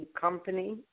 company